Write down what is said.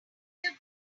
global